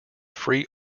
free